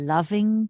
Loving